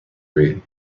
reed